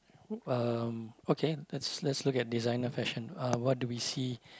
um okay let's let's look at designer fashion uh what do we see